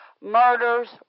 murders